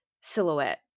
silhouette